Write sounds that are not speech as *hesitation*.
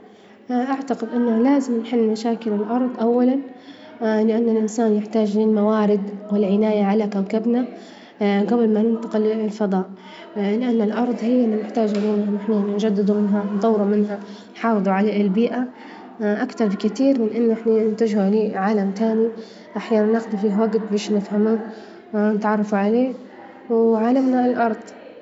*hesitation* أعتقد إنه لازم نحل مشاكل الأرظ أولا، *hesitation* لأن الأنسان يحتاج للموارد والعناية على كوكبنا، *hesitation* قبل ما ننتقل إلى الفظاء، *hesitation* لأن الأرظ هي إللي محتاجة إن إحنا نجددوا منها ونطوروا منها نحافظ على البيئة، *hesitation* أكتر بكتير من إنه في إنتاج عالم تاني كامل أحيانا ناخذه منا وجت بش نفهموه ونتعرفوا عليه، وعالمنا الأرظ. *noise*